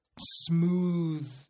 smooth